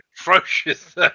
atrocious